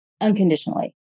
unconditionally